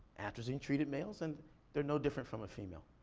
atrazine-treated males, and they're no different from a female.